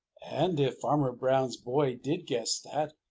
and if farmer brown's boy did guess that,